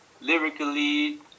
lyrically